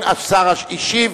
השר השיב.